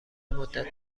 مدت